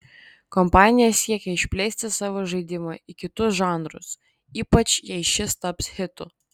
kompanija siekia išplėsti savo žaidimą į kitus žanrus ypač jei šis taps hitu